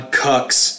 cucks